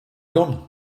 gun